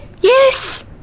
Yes